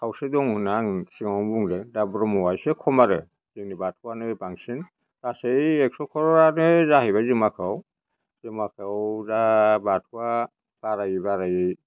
खावसे दङ होनना आं सिगांआवनो बुंदों दा ब्रह्मआ एसे खम आरो जोंनि बाथौआनो बांसिन गासै एक्स' घरानो जाहैबाय जों माखायाव जों माखायाव दा बाथौआ बारायै बारायै